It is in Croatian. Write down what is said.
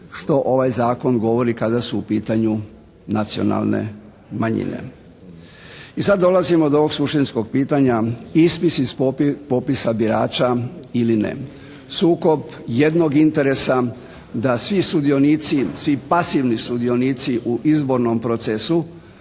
što ovaj zakon govori kada su u pitanju nacionalne manjine. I sad dolazimo do ovog suštinskog pitanja ispis iz popisa birača ili ne, sukob jednog interesa da svi sudionici, svi pasivni sudionici u izbornoj procesu